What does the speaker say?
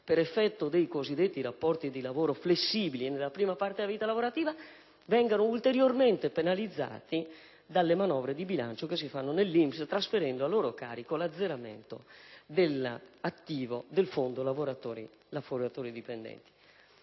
per effetto dei cosiddetti rapporti di lavoro flessibili nella prima parte della vita lavorativa), vengano ulteriormente penalizzate dalle manovre di bilancio che si fanno nell'INPS trasferendo a loro carico l'azzeramento dell'attivo del fondo lavoratori dipendenti.